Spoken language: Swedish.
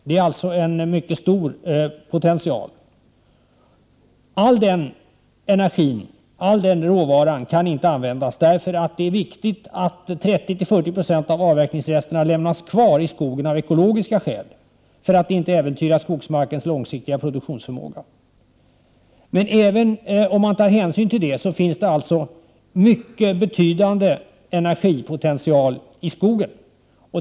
Det är alltså en mycket stor potential. All den energin och all den råvaran kan inte användas, eftersom det är viktigt att 30 å 40 90 av avverkningsresterna lämnas kvar i skogen av ekologiska skäl för att man inte skall äventyra skogsmarkens långsiktiga produktionsförmåga. Men även om man tar hänsyn till det finns det alltså en mycket betydande energipotential i skogen.